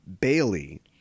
Bailey